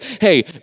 hey